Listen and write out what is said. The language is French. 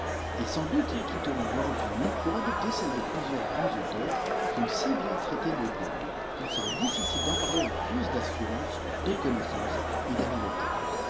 et salis doùïè m iitront leur ôpimôn pour adopter celle de pluieiii graiïis auteurs qui ont si bien traité des diables qu'il serait difficile d'en parler avec plus d'assurance de connaissance et d'habileté